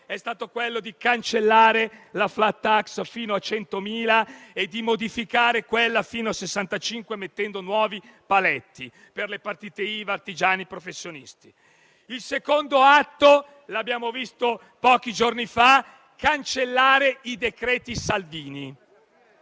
è stato però quello di cancellare la *flat tax* fino a 100.000 euro e di modificare quella fino a 65.000 euro, mettendo nuovi paletti, per partite IVA, artigiani e professionisti. Il secondo atto, che abbiamo visto pochi giorni fa, è stato quello di cancellare i decreti Salvini.